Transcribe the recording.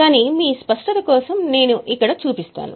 కానీ మీ స్పష్టత కోసం నేను ఇక్కడ చూపిస్తాను